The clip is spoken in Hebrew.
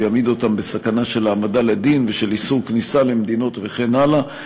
ויעמיד אותם בסכנה של העמדה לדין ושל איסור כניסה למדינות וכן הלאה,